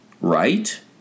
right